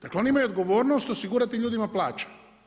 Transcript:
Dakle, oni imaju odgovornost osigurati ljudima plaće.